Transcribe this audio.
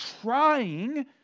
trying